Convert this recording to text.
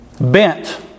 bent